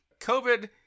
covid